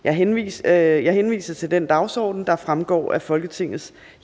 Jeg henviser til den dagsorden, der fremgår af Folketingets